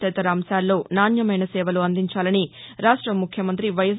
తదితర అంశాల్లో నాణ్యమైన సేవలు అందించాలని రాష్ట ముఖ్యమంతి వైఎస్